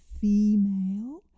female